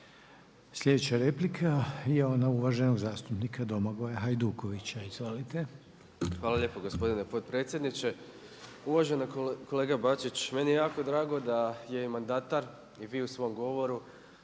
Slijedeća replika je ona uvaženog zastupnika Domagoja Hajdukovića. Izvolite. **Hajduković, Domagoj (SDP)** Hvala lijepo gospodine potpredsjedniče. Uvažena kolega Bačić, meni je jako drago da je i mandatar i vi u svom govoru